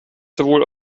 sowohl